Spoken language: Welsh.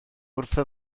wrtho